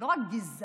הם לא רק גזענים,